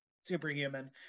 superhuman